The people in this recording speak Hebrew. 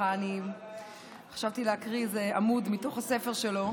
אני חשבתי להקריא עמוד מתוך הספר שלו,